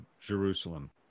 Jerusalem